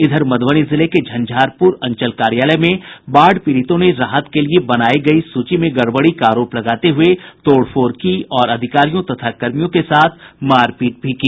इधर मध्रबनी जिले के झंझारपुर अंचल कार्यालय में बाढ़ पीड़ितों ने राहत के लिये बनायी गयी सूची में गड़बड़ी का आरोप लगाते हुये तोड़फोड़ की और अधिकारियों तथा कर्मियों के साथ मारपीट भी की